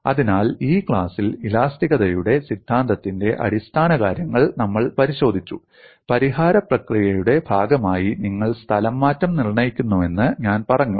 അതിനാൽ ഈ ക്ലാസ്സിൽ ഇലാസ്തികതയുടെ സിദ്ധാന്തത്തിന്റെ അടിസ്ഥാനകാര്യങ്ങൾ നമ്മൾ പരിശോധിച്ചു പരിഹാര പ്രക്രിയയുടെ ഭാഗമായി നിങ്ങൾ സ്ഥലംമാറ്റം നിർണ്ണയിക്കുന്നുവെന്ന് ഞാൻ പറഞ്ഞു